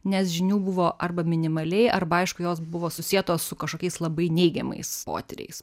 nes žinių buvo arba minimaliai arba aišku jos buvo susietos su kažkokiais labai neigiamais potyriais